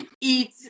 eat